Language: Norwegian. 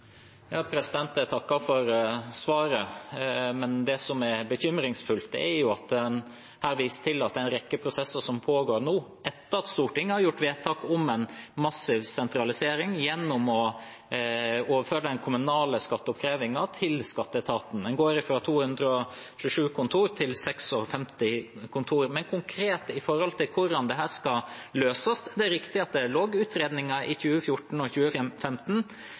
Jeg takker for svaret. Det som er bekymringsfullt, er at en her viser til at det er en rekke prosesser som pågår nå – etter at Stortinget har gjort vedtak om en massiv sentralisering gjennom å overføre den kommunale skatteoppkrevingen til skatteetaten. En går fra 227 kontor til 56 kontor. Men konkret til hvordan dette skal løses: Det er riktig at det ble utredet i 2014 og